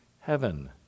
heaven